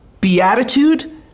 beatitude